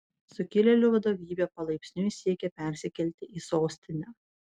sukilėlių vadovybė palaipsniui siekia persikelti į sostinę